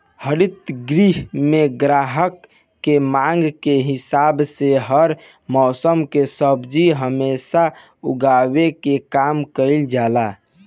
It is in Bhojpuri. हरित गृह में ग्राहक के मांग के हिसाब से हर मौसम के सब्जी हमेशा उगावे के काम कईल जाला